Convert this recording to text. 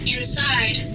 Inside